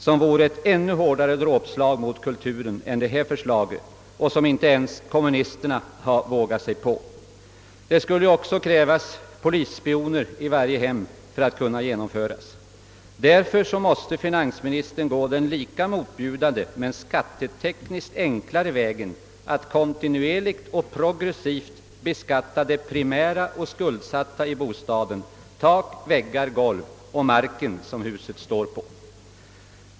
Det vore ett ännu hårdare dråpslag mot kulturen än det förslag som nu presenteras. Det har inte ens kommunisterna vågat sig på. Det skulle också krävas polisspioner i varje hem för sitt genomförande. Därför måste finansministern gå den lika motbjudande men skattetekniskt enklare vägen att kontinuerligt och progressivt beskatta det primära och skuldsatta i bostaden, d. v. s. tak, väggar och golv samt marken som huset står på.